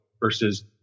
versus